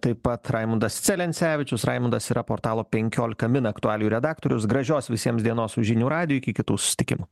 taip pat raimundas celencevičius raimundas yra portalo penkiolika min aktualijų redaktorius gražios visiems dienos žinių radijui iki kitų susitikimų